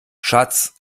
schatz